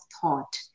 thought